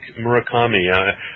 Murakami